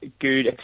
good